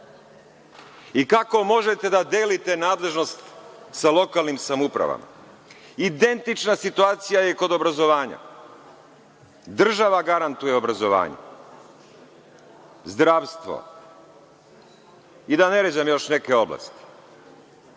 Kako možete da delite nadležnost sa lokalnim samoupravama? Identična situacija je i kod obrazovanja, država garantuje obrazovanje, zdravstvo i da ne ređam još neke oblasti,